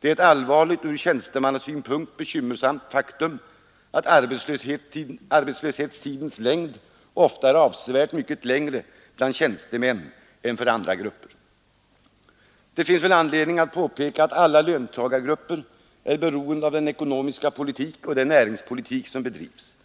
Det är ett allvarligt och ur tjänstemannasynpunkt bekymmersamt faktum att arbetslöshetstidens längd ofta är avsevärt mycket längre för tjänstemän än för andra grupper. Det finns väl anledning att påpeka, att alla löntagargrupper är beroende av den ekonomiska politik och den näringspolitik som bedrivs.